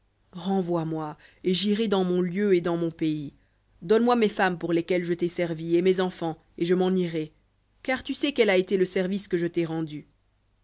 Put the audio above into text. renvoie moi et j'irai dans mon lieu et dans mon pays donne-moi mes femmes pour lesquelles je t'ai servi et mes enfants et je m'en irai car tu sais quel a été le service que je t'ai rendu